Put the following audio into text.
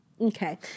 Okay